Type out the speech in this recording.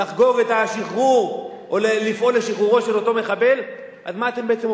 משפילות, למה זה צריך